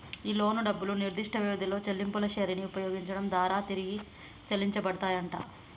ఈ లోను డబ్బులు నిర్దిష్ట వ్యవధిలో చెల్లింపుల శ్రెరిని ఉపయోగించడం దారా తిరిగి చెల్లించబడతాయంట